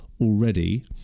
already